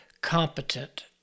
competent